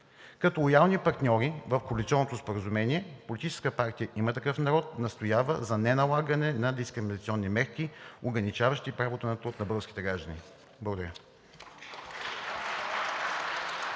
Като лоялни партньори в коалиционното споразумение Политическа партия „Има такъв народ“ настоява за неналагане на дискриминационни мерки, ограничаващи правото на труд на българските граждани. Благодаря.